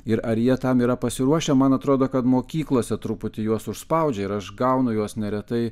ir ar jie tam yra pasiruošę man atrodo kad mokyklose truputį juos užspaudžia ir aš gaunu juos neretai